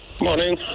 Morning